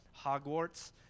Hogwarts